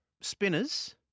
Spinners